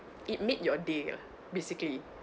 it made your day lah basically